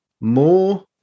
more